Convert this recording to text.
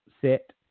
set